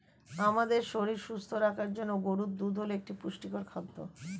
আমাদের শরীর সুস্থ রাখার জন্য গরুর দুধ হল একটি পুষ্টিকর খাদ্য